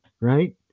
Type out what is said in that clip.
right